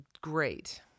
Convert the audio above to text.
great